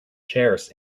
chairs